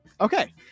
Okay